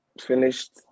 finished